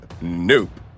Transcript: nope